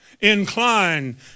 Incline